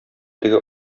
теге